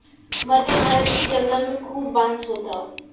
मध्य भारत के जंगल में खूब बांस होत हौ